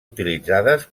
utilitzades